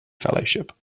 fellowship